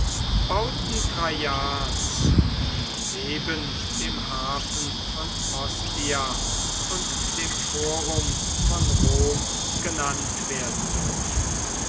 bauten traians die neben dem hafen von ostia und dem forum von rom genannt werden dürfen